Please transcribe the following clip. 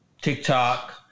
tiktok